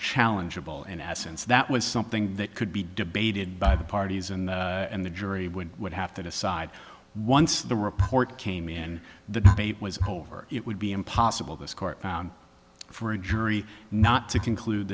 challengeable in essence that was something that could be debated by the parties and the jury would would have to decide once the report came in the debate was over it would be impossible this court for a jury not to conclude